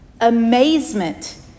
Amazement